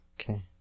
Okay